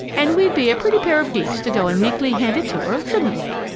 and we'd be a pretty pair of geese to go and meekly hand it to her, shouldn't we!